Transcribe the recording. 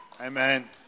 Amen